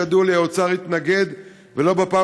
מפעם